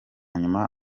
nyuma